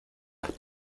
las